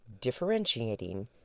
differentiating